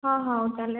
ହଁ ହେଉ ତାହେଲେ